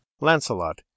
Lancelot